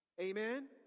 Amen